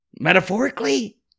Metaphorically